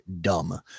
dumb